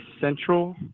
central